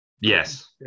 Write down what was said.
Yes